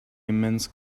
immense